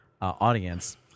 audience